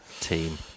team